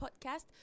podcast